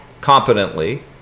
Competently